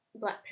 Black